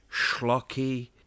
schlocky